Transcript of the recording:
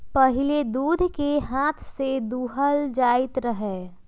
पहिले दूध के हाथ से दूहल जाइत रहै